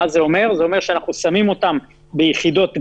זה אומר שאנחנו שמים אותם ביחידות גן,